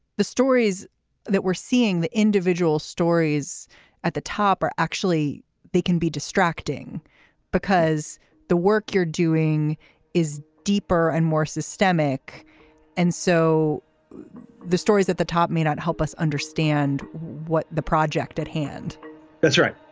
the stories that we're seeing the individual stories at the top are actually they can be distracting because the work you're doing is deeper and more systemic and so the stories at the top may not help us understand what the project at hand that's right.